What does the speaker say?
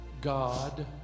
God